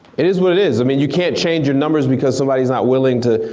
it is what it is. i mean you can't change your numbers because somebody's not willing to,